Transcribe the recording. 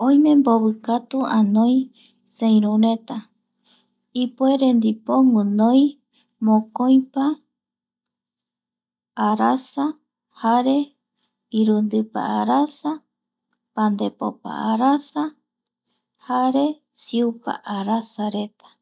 Oime mbovikatu anoi, seirureta ipuere ndipo guinoi mokoipa.(pausa) arasa jare irundipa arasa, pandepopa arasa jare siupa arasareta